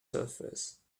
surface